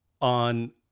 on